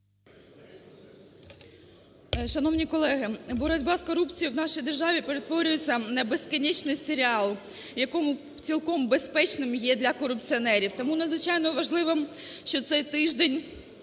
Шановні колеги, боротьба з корупцією в нашій державі перетворюється на безкінечний серіал, в якому… цілком безпечний є для корупціонерів. Тому надзвичайно важливо, що в цей тиждень